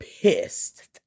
Pissed